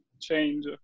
change